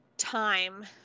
Time